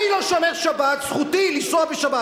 אני לא שומר שבת, זכותי לנסוע בשבת.